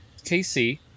KC